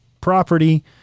property